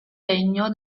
legno